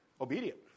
Obedient